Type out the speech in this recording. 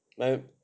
my